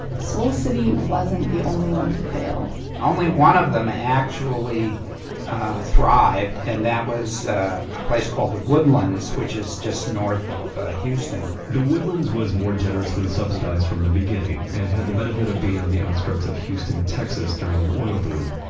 soul city wasn't the only one to fail only one of them actually thrived and that was a place called the woodlands, which is just north of houston the woodlands was more generously subsidized from the beginning and had the benefit of being on the outskirts of houston, texas during an oil boom.